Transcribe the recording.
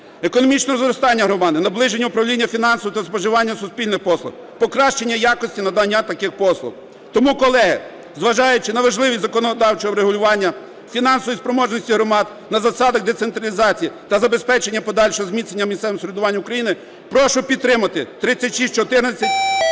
економічного зростання громади, наближення управління фінансами та споживання суспільних послуг, покращення якості надання таких послуг. Тому, колеги, зважаючи на важливість законодавчого врегулювання фінансової спроможності громад на засадах децентралізації та забезпечення подальшого зміцнення місцевого самоврядування України прошу підтримати 3614